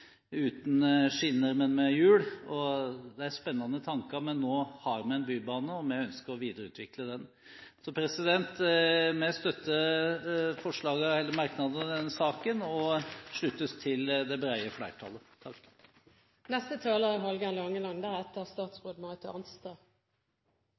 uten skinner, men med hjul – og det er spennende tanker, men nå har vi en bybane, og vi ønsker å videreutvikle den. Vi støtter merknadene i denne saken og slutter oss til det brede flertallet.